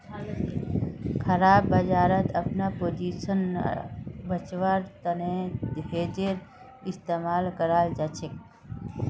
खराब बजारत अपनार पोजीशन बचव्वार तने हेजेर इस्तमाल कराल जाछेक